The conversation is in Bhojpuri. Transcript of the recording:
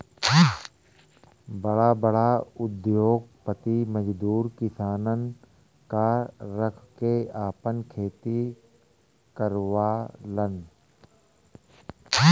बड़ा बड़ा उद्योगपति मजदूर किसानन क रख के आपन खेती करावलन